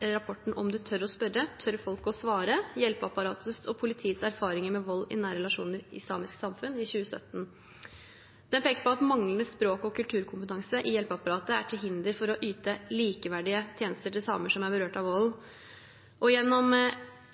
rapporten Om du tør å spørre, tør folk å svare: Hjelpeapparatets og politiets erfaringer med vold i nære relasjoner i samiske samfunn, i 2017. Den peker på at manglende språk- og kulturkompetanse i hjelpeapparatet er til hinder for å yte likeverdige tjenester til samer som er berørt av vold, og gjennom